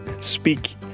speak